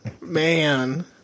Man